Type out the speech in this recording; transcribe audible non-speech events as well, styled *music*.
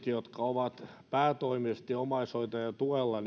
*unintelligible* jotka ovat päätoimisesti omaishoitajan tuella *unintelligible*